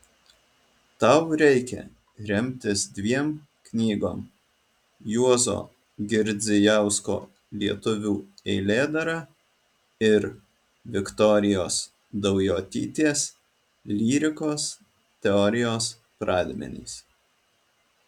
tau reikia remtis dviem knygom juozo girdzijausko lietuvių eilėdara ir viktorijos daujotytės lyrikos teorijos pradmenys